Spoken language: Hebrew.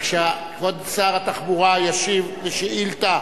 כבוד שר התחבורה ישיב על שאילתא